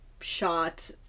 shot